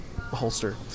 holster